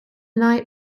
night